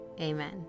amen